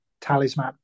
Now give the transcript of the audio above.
talisman